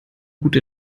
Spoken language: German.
gute